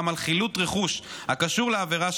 גם על חילוט רכוש הקשור לעבירה,